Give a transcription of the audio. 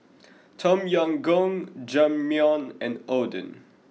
Tom Yam Goong Jajangmyeon and Oden